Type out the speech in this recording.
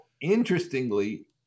interestingly